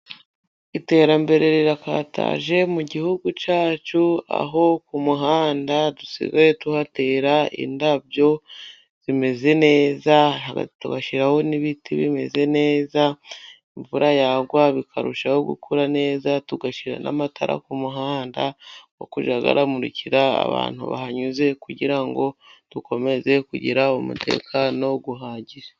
Iterambere rirakataje mu gihugu cyacu，aho ku muhanda dusigaye tuhatera indabyo zimeze neza， tugashyiraho n'ibiti bimeze neza， imvura yagwa bikarushaho gukura neza， tugashyira n'amatara ku muhanda， yo kujya amurikira abantu bahanyuze，kugira ngo dukomeze kugira umutekano uhagije.